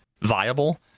viable